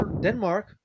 Denmark